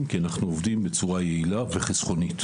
כי אנחנו עובדים בצורה יעילה וחסכונית,